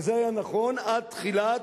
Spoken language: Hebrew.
וזה היה נכון עד תחילת,